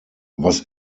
was